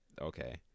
Okay